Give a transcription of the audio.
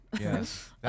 Yes